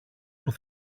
που